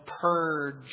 purge